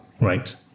Right